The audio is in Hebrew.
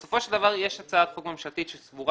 בסופו של דבר יש הצעת חוק ממשלתית שסבורה